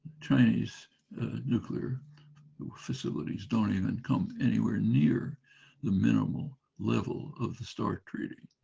chinese nuclear facilities don't even come anywhere near the minimal level of the start treaty.